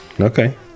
Okay